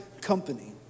company